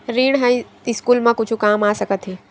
ऋण ह स्कूल मा कुछु काम आ सकत हे?